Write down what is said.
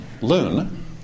Loon